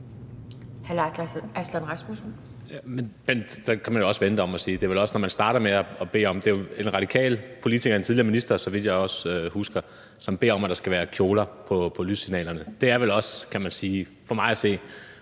Lars Aslan Rasmussen.